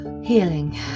Healing